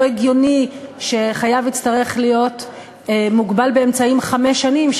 לא הגיוני שחייב יצטרך להיות מוגבל באמצעים חמש שנים,